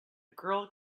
girl